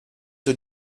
sur